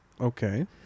Okay